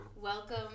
Welcome